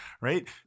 right